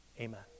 Amen